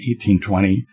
1820